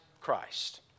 Christ